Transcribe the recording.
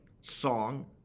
song